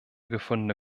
gefundene